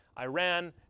Iran